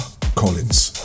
Collins